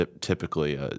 typically